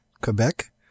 Quebec